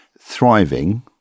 thriving